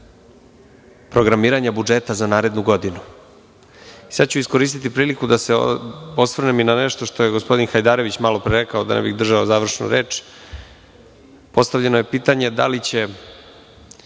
programiranja budžeta za narednu godinu. Sada ću iskoristiti priliku da se osvrnem i na nešto što je gospodin Hajdarević malo pre rekao, da ne bih držao završnu reč. Naime, postavljeno je pitanje da li će